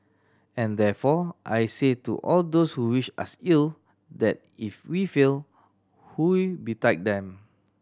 and therefore I say to all those who wish us ill that if we fail woe betide them